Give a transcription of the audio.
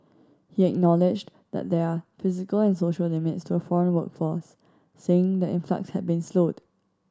he acknowledged that there are physical and social limits to a foreign workforce saying the influx had been slowed